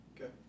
Okay